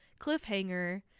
cliffhanger